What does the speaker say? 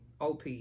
OP